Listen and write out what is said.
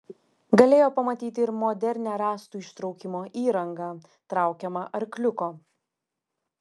galėjo pamatyti ir modernią rąstų ištraukimo įrangą traukiamą arkliuko